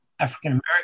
African-American